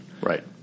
Right